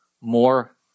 more